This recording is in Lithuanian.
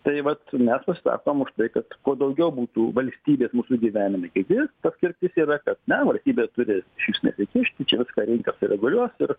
tai vat mes pasisakom už tai kad kuo daugiau būtų valstybės mūsų gyvenime kiti paskirtis yra kad na valstybė turi išvis nesikišti čia viską rinka sureguliuos ir